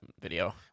video